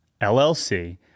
LLC